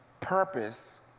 purpose